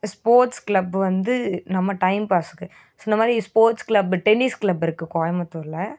sports club வந்து நம்ம time பாஸ்ஸுக்கு இந்தமாதிரி ஸ்போட்ஸ் க்ளப் டென்னிஸ் க்ளப் இருக்குது கோயம்முத்தூரில்